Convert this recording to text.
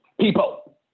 people